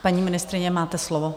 Paní ministryně, máte slovo.